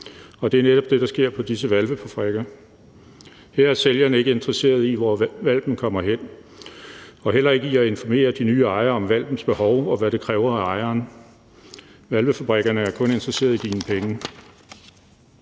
og det er netop det, der sker på disse hvalpefabrikker. Her er sælgeren ikke interesseret i, hvor hvalpen kommer hen, og heller ikke i at informere de nye ejere om hvalpens behov, og hvad det kræver af ejeren. Hvalpefabrikkerne er kun interesseret i dine penge.